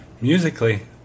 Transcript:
musically